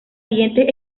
siguientes